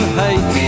hate